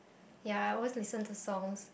ya I always listen to songs